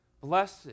Blessed